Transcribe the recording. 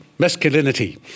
Masculinity